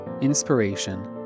inspiration